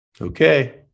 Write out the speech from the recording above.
Okay